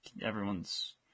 Everyone's